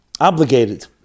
obligated